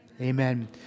Amen